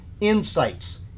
insights